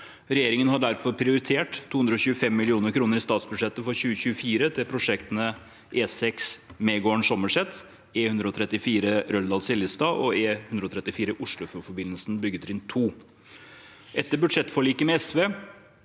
Regjeringen har derfor prioritert 225 mill. kr i statsbudsjettet for 2024 til prosjektene E6 Megården–Sommerset, E134 Røldal–Seljestad og E134 Oslofjordforbindelsen, byggetrinn 2. Etter budsjettforliket med SV